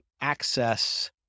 access